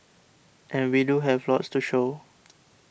and we do have lots to show